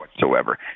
whatsoever